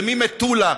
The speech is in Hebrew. זה ממטולה,